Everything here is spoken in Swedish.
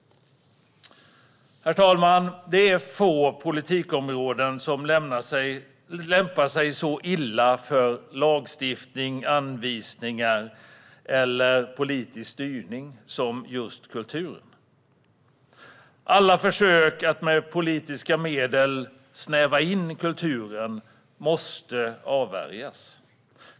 Herr talman! Det är få politikområden som lämpar sig så illa för lagstiftning, anvisningar eller politisk styrning som just kulturen. Alla försök att med politiska medel snäva in kulturen måste avvärjas.